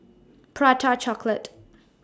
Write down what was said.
Prata Chocolate